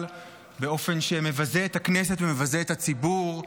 באופן שמבזה את הכנסת ומבזה את הציבור.